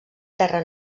terra